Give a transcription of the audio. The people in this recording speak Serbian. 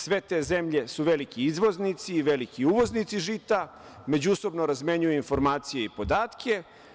Sve te zemlje su veliki izvoznici i veliki uvoznici žita, međusobno razmenjuju informacije i podatke.